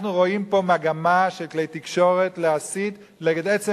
אנחנו רואים פה מגמה של כלי תקשורת להסית נגד עצם